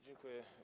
Dziękuję.